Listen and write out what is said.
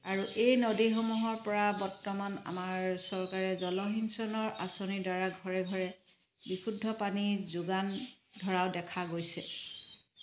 আৰু এই নদীসমূহৰ পৰা বৰ্তমান আমাৰ চৰকাৰে জলসিঞ্চনৰ আঁচনিৰ দ্বাৰা ঘৰে ঘৰে বিশুদ্ধ পানী যোগান ধৰাও দেখা গৈছে